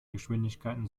geschwindigkeiten